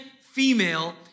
female